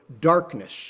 darkness